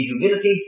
humility